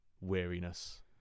weariness